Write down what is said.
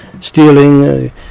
stealing